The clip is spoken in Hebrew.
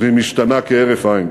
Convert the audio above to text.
והיא משתנה כהרף עין.